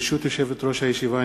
ברשות יושבת-ראש הישיבה,